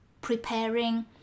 preparing